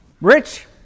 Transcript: Rich